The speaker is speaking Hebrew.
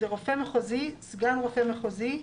רופא מחוזי, סגן רופא מחוזי,